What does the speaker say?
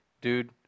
dude